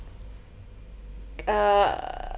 uh